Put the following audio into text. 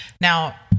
Now